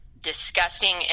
disgusting